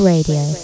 Radio